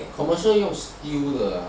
commercial 用 steel 的 ah